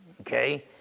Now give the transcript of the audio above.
Okay